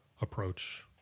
approach